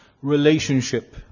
relationship